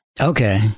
Okay